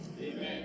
Amen